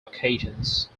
occasions